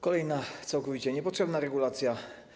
Kolejna całkowicie niepotrzebna regulacja.